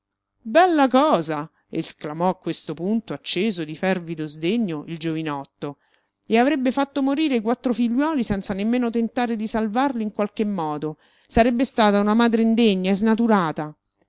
bella cosa esclamò a questo punto acceso di fervido sdegno il giovinotto e avrebbe fatto morire i quattro figliuoli senza nemmeno tentare di salvarli in qualche modo sarebbe stata una madre indegna e snaturata